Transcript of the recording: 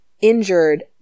injured